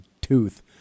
tooth